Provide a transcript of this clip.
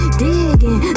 digging